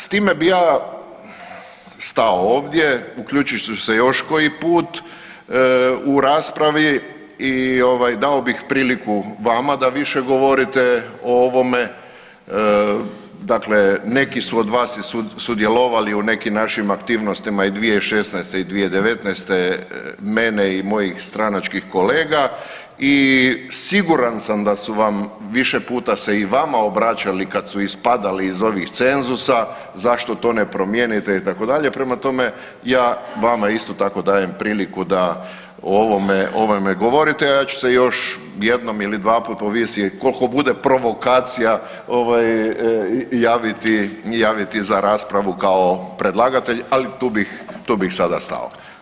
S time bi ja stao ovdje, uključit ću se još koji put u raspravi i dao bih priliku vama da više govorite o ovome, dakle, neki su od vas i sudjelovali u nekim našim aktivnostima i 2016. i 2019., mene i mojih stranačkih kolega i siguran sam da su vam više puta se i vama obraćali kad su ispadali iz ovih cenzusa, zašto to ne promijenite itd., prema tome ja vama isto tako dajem priliku da o ovome govorite, ja ću se još jednom ili dvaput, ovisi koliko bude provokacija, javiti za raspravu kao predlagatelj, ali tu bih sada stao.